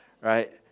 right